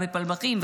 גם בפלמחים,